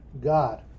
God